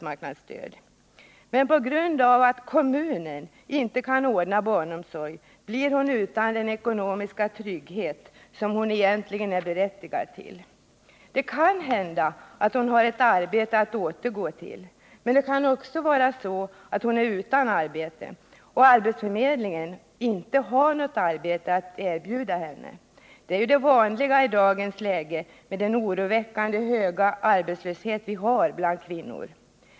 Men på grund av att kommunen inte kan ordna barnomsorg blir hon utan den ekonomiska trygghet som hon egentligen är berättigad till. Det kan hända att hon har ett arbete att återgå till, men det kan också vara så att hon är utan arbete och arbetsförmedlingen inte har något arbete att erbjuda henne. Det är ju det vanliga i dagens läge med den oroväckande höga arbetslöshet vi har bland kvinnor.